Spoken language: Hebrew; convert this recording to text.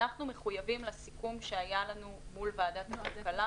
אנחנו מחויבים לסיכום שהיה לנו מול ועדת הכלכלה